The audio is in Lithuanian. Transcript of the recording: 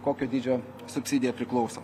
kokio dydžio subsidija priklauso